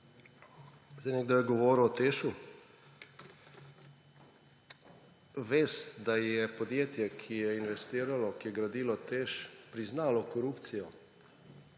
tukaj. Nekdo je govoril o TEŠ. Vest, da je podjetje, ki je investiralo, ki je gradilo TEŠ, priznalo korupcijo